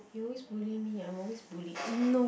you always bully me I'm always bullied